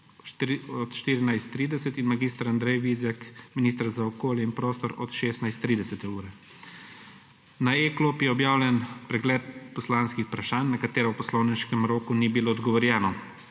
od 14.30 in mag. Andrej Vizjak, minister za okolje in prostor, od 16.30. Na e-klopi je objavljen pregled poslanskih vprašanj, na katera v poslovniškem roku ni bilo odgovorjeno.